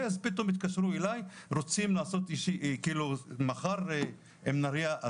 אז פתאום התקשרו אליי ורוצים לעשות מחר ישיבה עם נריה.